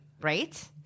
Right